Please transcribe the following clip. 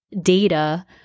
data